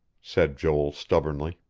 said joel stubbornly.